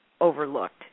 overlooked